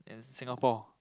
in Singapore